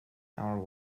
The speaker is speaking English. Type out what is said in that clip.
hour